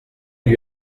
lui